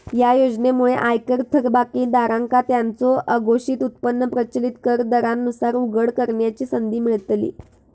या योजनेमुळे आयकर थकबाकीदारांका त्यांचो अघोषित उत्पन्न प्रचलित कर दरांनुसार उघड करण्याची संधी मिळतली